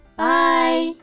bye